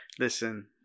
Listen